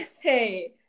Hey